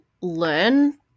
learn